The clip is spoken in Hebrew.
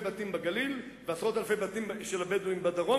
בתים בגליל ועשרות אלפי בתים של בדואים בדרום,